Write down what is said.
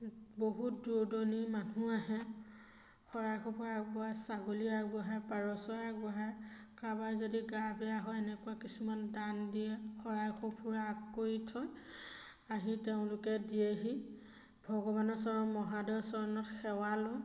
বহুত দূৰ দূৰণিৰ মানুহ আহে শৰাই সঁফুৰা আগবঢ়ায় ছাগলী আগবঢ়ায় পাৰ চৰাই আগবঢ়ায় কাৰোবাৰ যদি গা বেয়া হয় এনেকুৱা কিছুমান দান দিয়ে শৰাই সঁফুৰা আগ কৰি থৈ আহি তেওঁলোকে দিয়েহি ভগৱানৰ চৰণত মহাদউৰ চৰণত সেৱা লওঁ